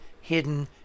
hidden